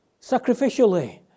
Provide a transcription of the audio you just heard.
sacrificially